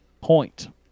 point